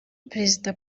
perezida